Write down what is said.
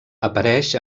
apareix